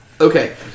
Okay